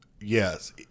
yes